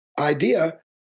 idea